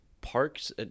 parks